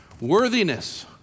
Worthiness